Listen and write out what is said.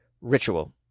ritual